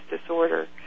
disorder